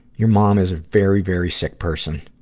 your mom is a very, very sick person.